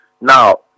Now